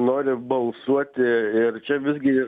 nori balsuoti ir čia visgi